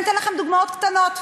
אני אתן לכם דוגמאות קטנות.